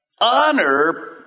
honor